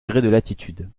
latitude